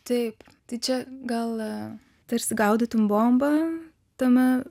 taip tai čia gal tarsi gaudytum bombą tame